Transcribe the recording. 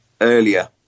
earlier